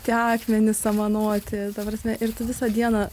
tie akmenys samanoti ta prasme ir tu visą dieną